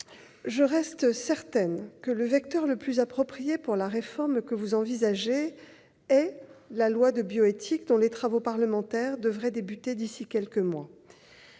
Je reste certaine que le vecteur le plus approprié pour la réforme que vous envisagez est la loi de bioéthique, dont les travaux parlementaires devraient commencer d'ici quelques mois.